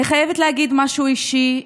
אני חייבת להגיד משהו אישי.